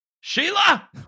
sheila